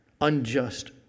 unjust